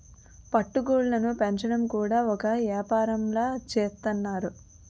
పట్టు గూళ్ళుని పెంచడం కూడా ఒక ఏపారంలా సేత్తన్నారు